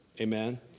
amen